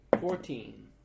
Fourteen